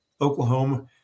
Oklahoma